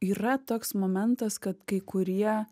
yra toks momentas kad kai kurie